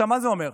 מה זה אומר?